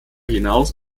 hinaus